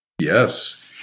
Yes